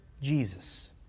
Jesus